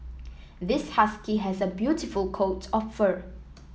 this husky has a beautiful coat of fur